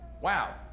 Wow